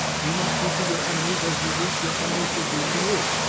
you must do to your enemies as you wish your enemies would do to you.